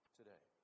today